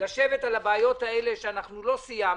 לשבת על הבעיות האלה שאנחנו לא סיימנו.